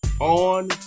on